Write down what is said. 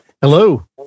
hello